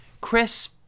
Chris